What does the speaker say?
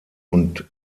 und